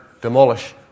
demolish